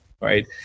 right